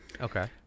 Okay